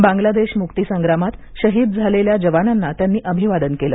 बांगलादेश मुक्ती संग्रामात शहीद झालेल्या जवानांना त्यांनी अभिवादन केलं